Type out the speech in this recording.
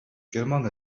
герман